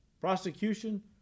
prosecution